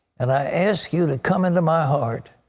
and i ask you to come into my heart.